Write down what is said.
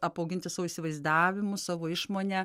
apauginti savo įsivaizdavimu savo išmone